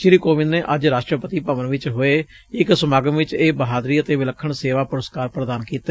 ਸ੍ਰੀ ਕੋਵਿੰਦ ਨੇ ਅੱਜ ਰਾਸਟਰਪਤੀ ਭਵਨ ਚ ਹੋਏ ਇਕ ਸਮਾਗਮ ਚ ਇਹ ਬਹਾਦਰੀ ਅਤੇ ਵਿੱਲਖਣ ਸੇਵਾ ਪੁਰਸਕਾਰ ਪ੍ਦਾਨ ਕੀਤੇ